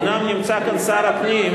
אומנם נמצא כאן שר הפנים,